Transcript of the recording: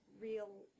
real